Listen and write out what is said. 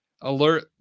alert